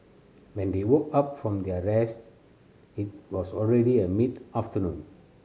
when they woke up from their rest it was already a mid afternoon